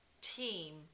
team